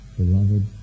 beloved